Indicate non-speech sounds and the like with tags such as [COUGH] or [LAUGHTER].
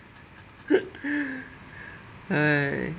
[LAUGHS] !hais!